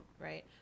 Right